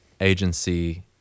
agency